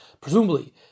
presumably